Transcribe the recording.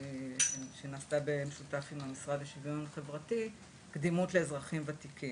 שנעשתה במשותף עם המשרד לשוויון חברתי קדימות לאזרחים ותיקים.